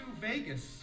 Vegas